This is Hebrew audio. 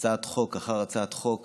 הצעת חוק אחרי הצעת החוק